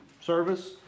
service